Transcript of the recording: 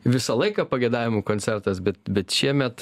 visą laiką pageidavimų koncertas bet bet šiemet